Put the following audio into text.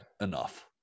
enough